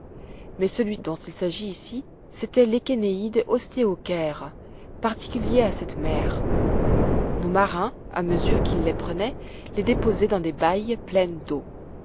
mais celui dont il s'agit ici c'était l'échénélde ostéochère particulier à cette mer nos marins a mesure qu'ils les prenaient les déposaient dans des bailles pleines d'eau